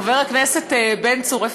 חבר הכנסת בן צור,